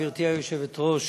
גברתי היושבת-ראש,